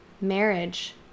Marriage